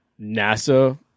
nasa